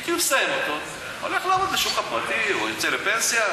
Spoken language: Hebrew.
הייתי מסיים אותו והולך לעבוד בשוק הפרטי או יוצא לפנסיה,